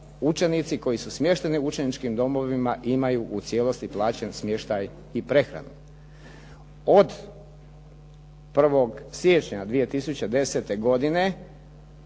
učenici koji su smješteni u učeničkim domovima imaju u cijelosti plaćen smještaj i prehranu. Od 1. siječnja 2010. godine